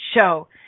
show